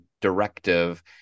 directive